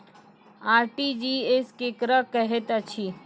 RTGS केकरा कहैत अछि?